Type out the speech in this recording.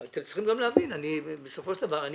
אתם צריכים גם להבין שבסופו של דבר אני